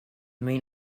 main